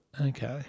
Okay